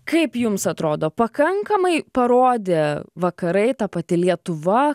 kaip jums atrodo pakankamai parodė vakarai ta pati lietuva